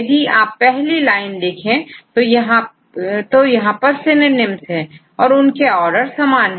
यदि आप पहला लाइन देखें तो नाम है यहां पर सिनोनिम्स है और इनके आर्डर समान हैं